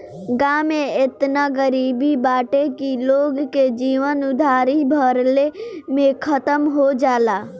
गांव में एतना गरीबी बाटे की लोग के जीवन उधारी भरले में खतम हो जाला